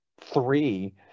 three